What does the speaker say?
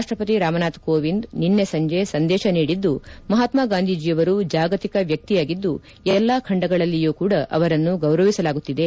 ರಾಷ್ಟಪತಿ ರಾಮನಾಥ್ ಕೋವಿಂದ್ ನಿನ್ನೆ ಸಂಜೆ ಸಂದೇಶ ನೀಡಿದ್ದು ಮಹಾತ್ಮಾ ಗಾಂಧೀಜಿಯವರು ಜಾಗತಿಕ ವ್ಯಕ್ತಿಯಾಗಿದ್ದು ಎಲ್ಲಾ ಖಂಡಗಳಲ್ಲಿಯೂ ಕೂಡ ಅವರನ್ನು ಗೌರವಿಸಲಾಗುತ್ತಿದೆ